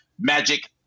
Magic